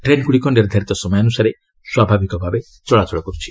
train ଗୁଡ଼ିକ ନିର୍ଦ୍ଧାରିତ ସମୟାନୁସାରେ ସ୍ୱାଭାବିକ ଭାବେ ଚଳାଚଳ କରୁଛି